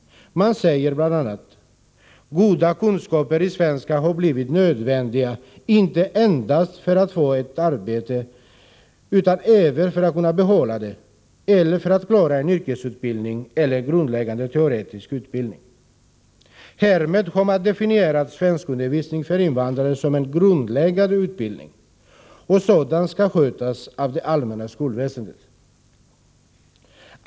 Man säger bl.a.: ”Goda kunskaper i svenska har blivit nödvändiga inte endast för att få ett arbete utan även för att kunna behålla det. Goda kunskaper i svenska krävs också för att invandrarna skall klara en yrkesutbildning eller en grundläggande teoretisk utbildning.” Härmed har man definierat svenskundervisningen för invandrare som en grundläggande utbildning, och sådan skall skötas av det allmänna skolväsendet.